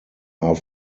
are